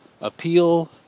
Appeal